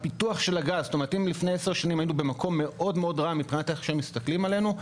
אם לפני עשר שנים היינו במקום מאוד רע מבחינת איך שמסכלים עלינו,